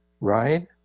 Right